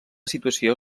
situació